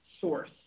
source